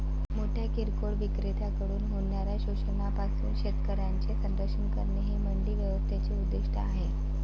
मोठ्या किरकोळ विक्रेत्यांकडून होणाऱ्या शोषणापासून शेतकऱ्यांचे संरक्षण करणे हे मंडी व्यवस्थेचे उद्दिष्ट आहे